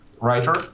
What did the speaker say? writer